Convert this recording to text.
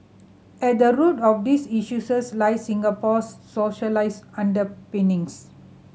at the root of these lie Singapore's underpinnings